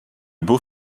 beau